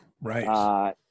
Right